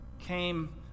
came